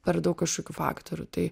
per daug kažkokių faktorių tai